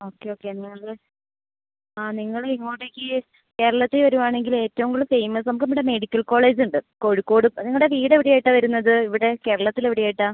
okay okay എന്നാൽ ആ നിങ്ങൾ ഇങ്ങോട്ടേക്ക് കേരളത്തിൽ വരുവാണെങ്കിൽ ഏറ്റവും കൂടുതൽ ഫേമസ് നമുക്ക് നമ്മുടെ മെഡിക്കൽ കോളേജ് ഉണ്ട് കോഴിക്കോട് നിങ്ങളുടെ വീട് എവിടെ ആയിട്ടാണ് വരുന്നത് ഇവിടെ കേരളത്തിൽ എവിടെ ആയിട്ടാണ്